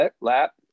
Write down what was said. lap